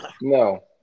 No